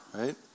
right